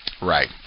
Right